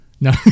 No